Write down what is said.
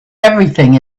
everything